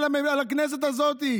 על הכנסת הזאת?